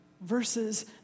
Verses